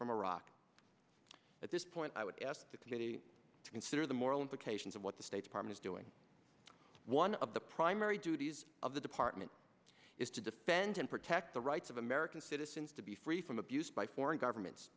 from iraq at this point i would estimate eighty to consider the moral implications of what the state department's doing one of the primary duties of the department is to defend and protect the rights of american citizens to be free from abuse by foreign governments